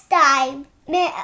time